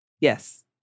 Yes